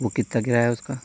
وہ کتنا کرایہ ہے اس کا